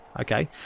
okay